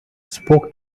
spoke